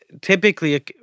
Typically